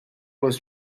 was